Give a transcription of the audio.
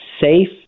safe